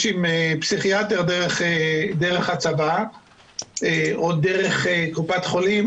עם פסיכיאטר דרך הצבא או דרך קופת חולים.